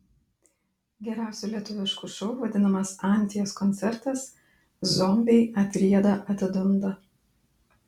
geriausiu lietuvišku šou vadinamas anties koncertas zombiai atrieda atidunda